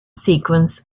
sequence